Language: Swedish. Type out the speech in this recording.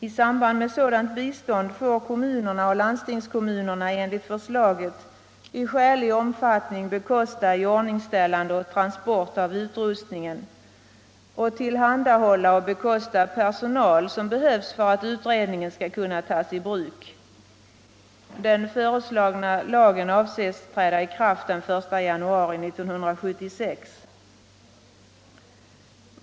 I samband med sådant bistånd får kommunerna och landstingskommunerna enligt förslaget i skälig omfattning bekosta iordningställande och transport av utrustningen samt tillhandahålla och bekosta personal, som behövs för att utrustningen skall kunna tas i bruk. Den föreslagna lagen avses träda i kraft den 1 januari 1976.